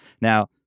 Now